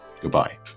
goodbye